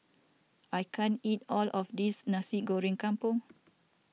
I can't eat all of this Nasi Goreng Kampung